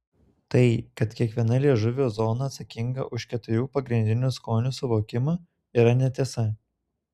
tai kad kiekviena liežuvio zona atsakinga už keturių pagrindinių skonių suvokimą yra netiesa